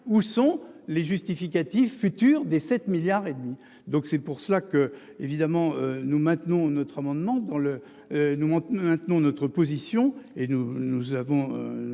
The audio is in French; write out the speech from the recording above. où sont les justificatifs futur des 7 milliards et demi donc c'est pour cela que évidemment nous maintenons notre amendement dans le. Nous on nous maintenons notre position et nous nous